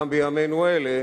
גם בימינו אלה,